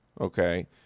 okay